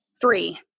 Three